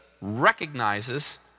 recognizes